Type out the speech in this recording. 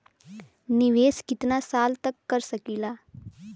निवेश कितना साल तक कर सकीला?